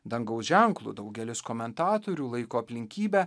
dangaus ženklu daugelis komentatorių laiko aplinkybę